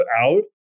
out